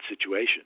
situation